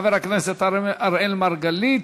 חבר הכנסת אראל מרגלית.